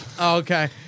Okay